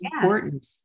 important